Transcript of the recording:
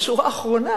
בשורה האחרונה,